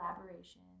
collaboration